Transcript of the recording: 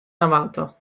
navata